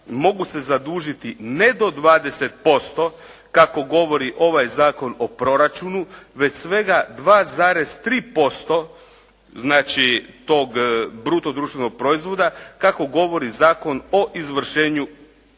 mogu se zadužiti ne do 20% kako govori ovaj Zakon o proračunu već svega 2,3% znači tog bruto društvenog proizvoda kako govori Zakon o izvršenju ovog proračuna.